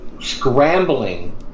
scrambling